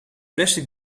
plastic